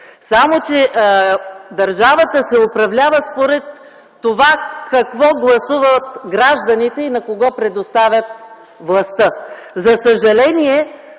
само че държавата се управлява според това какво гласуват гражданите и на кого предоставят гласа си. За съжаление,